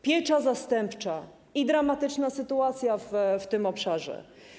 Piecza zastępcza i dramatyczna sytuacja w tym obszarze.